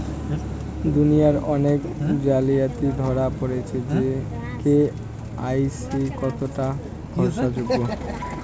দুনিয়ায় অনেক জালিয়াতি ধরা পরেছে কে.ওয়াই.সি কতোটা ভরসা যোগ্য?